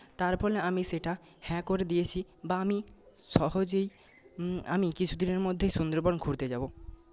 তার ফলে আমি সেটা হ্যাঁ করে দিয়েছি বা আমি সহজেই আমি কিছুদিনের মধ্যেই সুন্দরবন ঘুরতে যাব